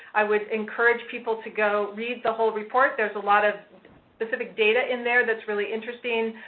i would encourage people to go read the whole report. there's a lot of specific data in there that's really interesting,